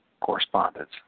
correspondence